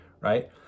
right